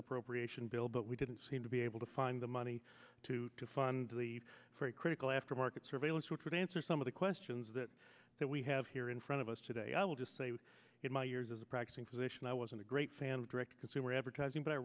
appropriation bill but we didn't seem to be able to find the money to fund the very critical after market surveillance which would answer some of the questions that that we have here in front of us today i'll just say it my years as a practicing physician i wasn't a great fan of direct to consumer advertising but i